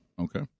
Okay